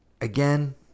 Again